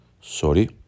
sorry